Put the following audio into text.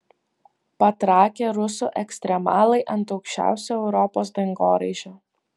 patrakę rusų ekstremalai ant aukščiausio europos dangoraižio